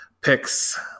picks